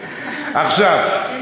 עיסאווי,